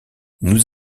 nous